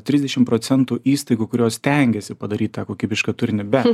trisdešimt procentų įstaigų kurios stengiasi padaryt tą kokybišką turinį bet